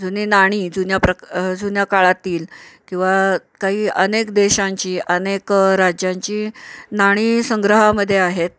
जुनी नाणी जुन्या प्रक जुन्या काळातील किंवा काही अनेक देशांची अनेकं राज्यांची नाणी संग्रहामध्ये आहेत